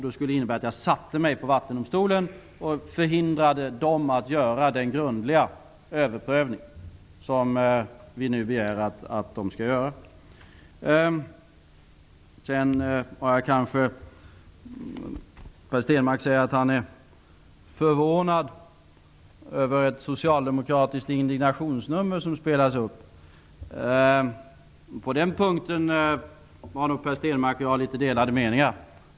Det skulle innebära att jag satte mig på Vattendomstolen och förhindrade den att göra den grundliga överprövning som vi nu begär att den skall göra. Per Stenmarck säger att han är förvånad över ett socialdemokratiskt indignationsnummer som spelas upp. På den punkten har Per Stenmarck och jag litet delade meningar.